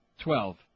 Twelve